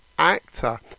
Actor